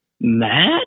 Matt